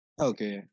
Okay